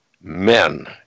men